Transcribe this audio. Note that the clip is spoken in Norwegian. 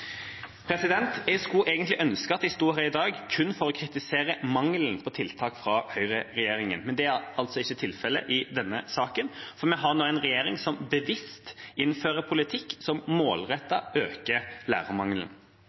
Jeg skulle egentlig ønske at jeg sto her i dag kun for å kritisere mangelen på tiltak fra høyreregjeringa, men det er altså ikke tilfellet i denne saken, for vi har nå en regjering som bevisst innfører politikk som målrettet øker lærermangelen.